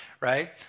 right